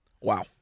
Wow